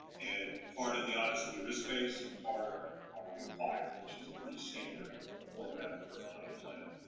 and part of the audits will be risk base and part are are required, which is a pretty standard format for an audit plan.